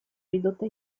ridotta